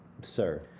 Sir